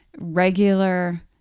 regular